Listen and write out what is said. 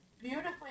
beautifully